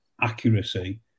accuracy